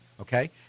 Okay